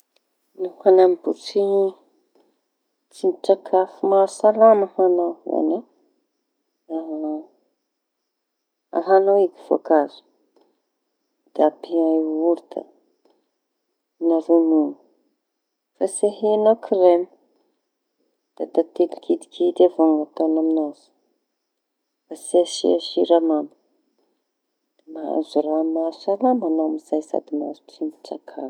Fomba fana-mbôtriñy tsindrin-tsakafo mahasalama ho añao zañy an! Da alañao eky voankazo da ampia iaorta na roñono fa tsy ahiañao kiremy. Da tantely kidikidy avao ny atañao aminazy fa tsy asia siramamy. Mahazo raha mahasalama añao amizay sady mahazo sakafo.